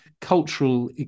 cultural